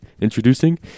Introducing